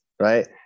Right